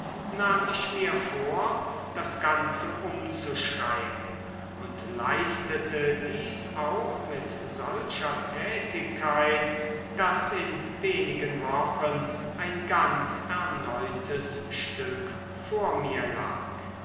nahm ich mir vor das ganze umzuschreiben und leistete dies auch mit solcher tätigkeit daß in wenigen wochen ein ganz erneutes stück vor mir lag